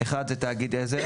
אחד זה תאגיד עזר,